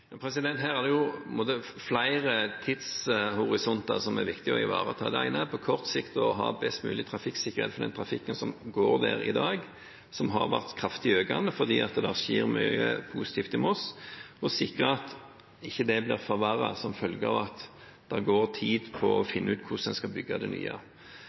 er det flere tidshorisonter som det er viktig å ivareta. Det ene er på kort sikt å ha best mulig trafikksikkerhet for den trafikken som går der i dag, som har vært kraftig økende fordi det skjer mye positivt i Moss, og sikre at det ikke blir forverret som følge av at det går tid på å finne ut hvordan en skal bygge det nye.